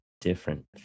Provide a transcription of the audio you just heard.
different